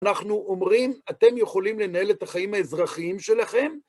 אנחנו אומרים, אתם יכולים לנהל את החיים האזרחיים שלכם